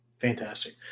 Fantastic